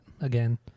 Again